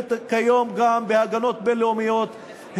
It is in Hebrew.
נתמכת כיום גם בהגנות בין-לאומיות,